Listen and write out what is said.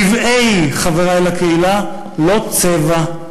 צִבעֵי, חברי לקהילה, לא צֶבַע.